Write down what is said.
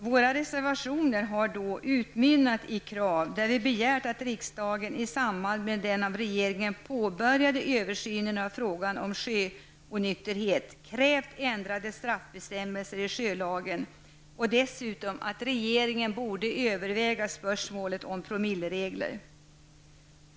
Våra reservationer har utmynnat i krav, där vi begärt att riksdagen, i samband med den av regeringen påbörjade översynen av frågan om sjöonykterheten, krävt ändrade straffbestämmelser i sjölagen och dessutom att regeringen borde överväga spörsmålet om promilleregler.